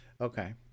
okay